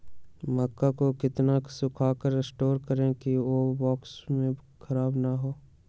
मक्का को कितना सूखा कर स्टोर करें की ओ बॉक्स में ख़राब नहीं हो?